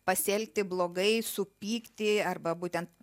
pasielgti blogai supykti arba būtent